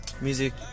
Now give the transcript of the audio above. music